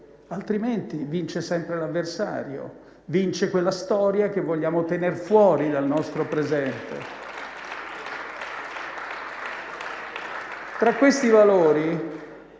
altrimenti vince sempre l'avversario, vince quella storia che vogliamo tenere fuori dal nostro presente. Tra questi valori